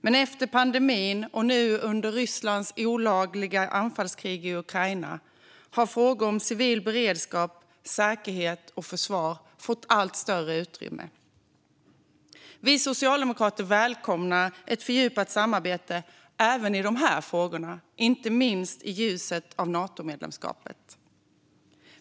Men efter pandemin och nu under Rysslands olagliga anfallskrig i Ukraina har frågor om civil beredskap, säkerhet och försvar fått allt större utrymme. Vi socialdemokrater välkomnar ett fördjupat samarbete även i dessa frågor, inte minst i ljuset av Natomedlemskapet.